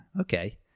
okay